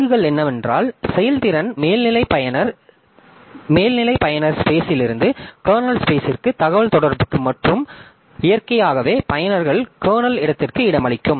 தீங்குகள் என்னவென்றால் செயல்திறன் மேல்நிலை பயனர் ஸ்பேஸ் இருந்து கர்னல் ஸ்பேசிற்கு தகவல்தொடர்புக்கு மற்றும் இயற்கையாகவே பயனர்கள் கர்னல் இடத்திற்கு இடமளிக்கும்